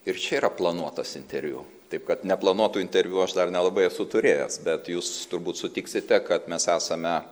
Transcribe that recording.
ir čia yra planuotas interviu taip kad neplanuotų interviu aš dar nelabai esu turėjęs bet jūs turbūt sutiksite kad mes esame